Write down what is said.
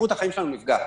איכות החיים שלנו נפגעת.